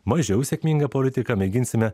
mažiau sėkminga politika mėginsime